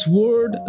word